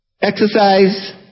Exercise